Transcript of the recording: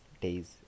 days